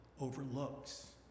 overlooks